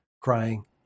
crying